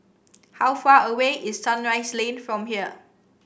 how far away is Sunrise Lane from here